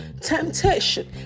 temptation